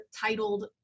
titled